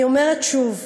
אני אומרת שוב,